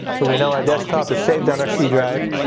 so we know our desktop is saved on our c drive.